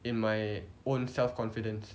in my own self confidence